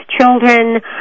children